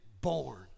born